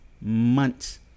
months